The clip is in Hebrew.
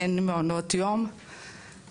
אין מעונות יום,